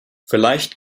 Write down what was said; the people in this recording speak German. vielleicht